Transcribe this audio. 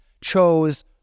chose